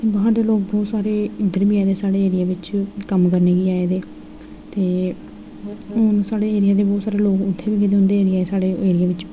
बाहर दे लोक बहोत सारे इद्धर बी आये दे साढ़े एरिया बिच कम्म करने गी आये दे ते साढ़े एरिया दे बहोत सारे लोग उ'त्थें बी गेदे उं'दे एरिये दे साढ़े एरिये बिच